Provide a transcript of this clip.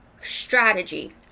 strategy